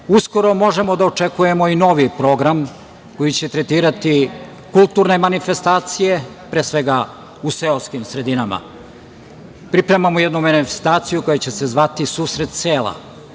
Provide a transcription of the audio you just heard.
uskoro možemo da očekujemo i novi program koji će tretirati kulturne manifestacije, pre svega u seoskim sredinama. Pripremamo jednu manifestaciju koja će se zvati – susret